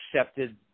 accepted